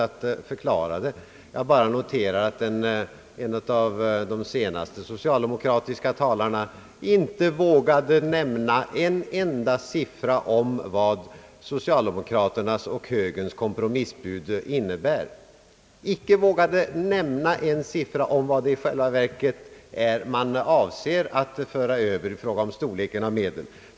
Jag noterar bara att en av de senaste socialdemokratiska talarna inte vågade nämna en enda siffra om vad socialdemokraternas och högerns kompromissbud innebär, icke vågade nämna en siffra om vad det i själva verket är man avser att föra över från en huvudtitel till en annan.